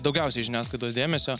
daugiausiai žiniasklaidos dėmesio